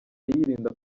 yirinda